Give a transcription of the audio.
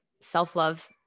self-love